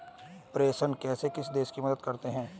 प्रेषण कैसे किसी देश की मदद करते हैं?